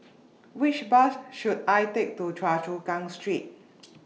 Which Bus should I Take to Choa Chu Kang Street